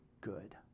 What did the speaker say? good